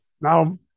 Now